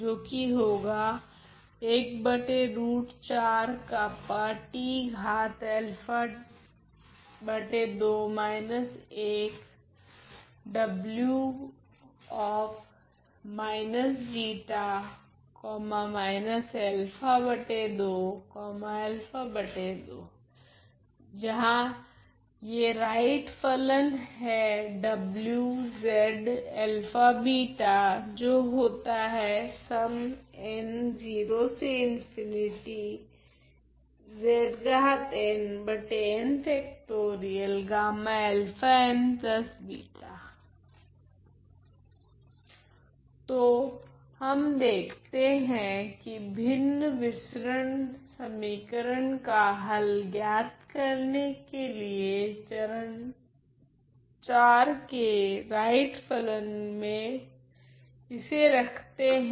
जहां राइट फलन है तो हम देखते है कि भिन्न विसरण समीकरण का हल ज्ञात करने के लिए चरण IV के राइट फलन मे इसे रखते हैं